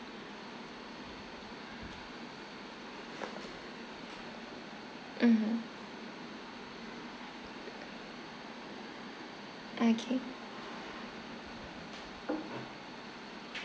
mmhmm okay